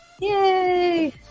Yay